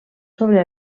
sobre